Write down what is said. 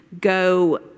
go